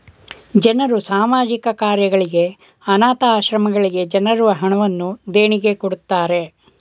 ಜನರು ಸಾಮಾಜಿಕ ಕಾರ್ಯಗಳಿಗೆ, ಅನಾಥ ಆಶ್ರಮಗಳಿಗೆ ಜನರು ಹಣವನ್ನು ದೇಣಿಗೆ ಕೊಡುತ್ತಾರೆ